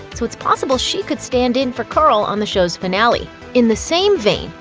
so it's possible she could stand in for carl on the show's finale. in the same vein,